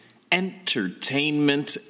entertainment